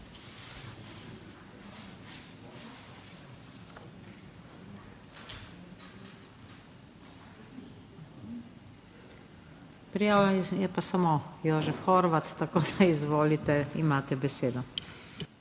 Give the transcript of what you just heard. Prijavljen je pa samo Jožef Horvat. Tako da izvolite, imate besedo.